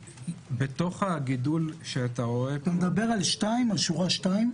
אתה מדבר על שורה 2?